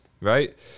Right